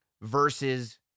versus